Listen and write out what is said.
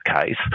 case